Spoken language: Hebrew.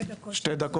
הישיבה